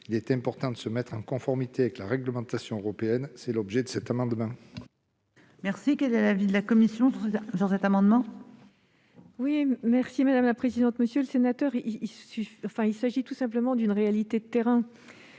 Il est important de se mettre en conformité avec la réglementation européenne. Tel est l'objet de cet amendement.